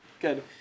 good